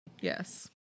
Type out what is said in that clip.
yes